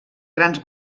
grans